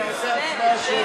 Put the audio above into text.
תעשה הצבעה שמית.